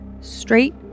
straight